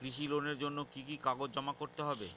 কৃষি লোনের জন্য কি কি কাগজ জমা করতে হবে?